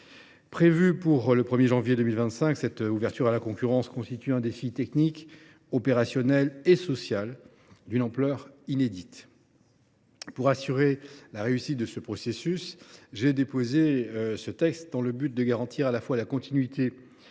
Prévue pour le 1 janvier 2025, l’ouverture à la concurrence constitue un défi technique, opérationnel et social d’une ampleur inédite. Pour assurer la réussite du processus, j’ai déposé ce texte en vue de garantir à la fois la continuité